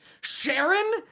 Sharon